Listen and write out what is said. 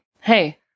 Hey